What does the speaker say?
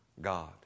God